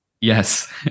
Yes